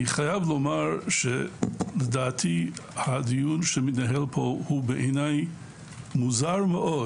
אני חייב לומר שלדעתי הדיון שמתנהל פה בעיני מוזר מאוד,